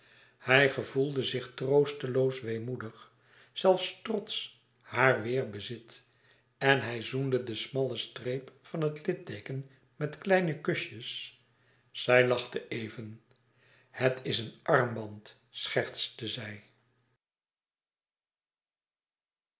hij gevoelde zich troosteloos weemoedig zelfs trots haar weêrbezit en hij zoende den smallen streep van het litteeken met kleine kusjes zij lachte even het is een armband schertste zij